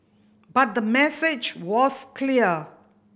but the message was clear